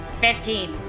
fifteen